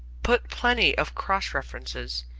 put plenty of cross-references,